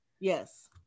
Yes